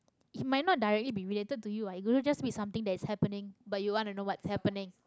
it might not directly be related to you [what] it could just be something that's happening but you wanna know what's happening